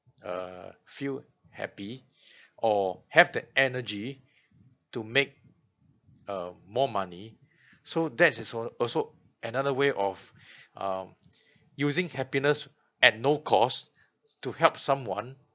err feel happy or have the energy to make um more money so that is al~ also another way of um using happiness at no cost to help someone